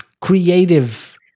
creative